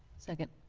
second